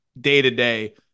day-to-day